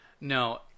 No